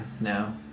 No